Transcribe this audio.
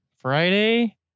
Friday